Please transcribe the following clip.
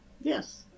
yes